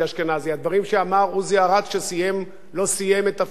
שלא סיים את תפקידו במשרד ראש הממשלה.